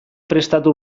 prestatu